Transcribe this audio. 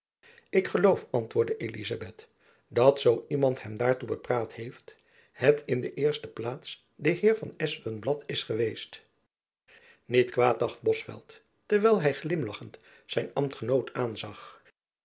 ik geloof antwoordde elizabeth dat zoo iemand hem daartoe bepraat heeft het in de eerste plaats de heer van espenblad is geweest niet kwaad dacht bosveldt terwijl hy glimlachend zijn ambtgenoot aanzag